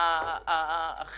העסקים הגדולים,